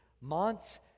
months